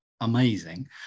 amazing